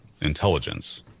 intelligence